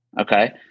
Okay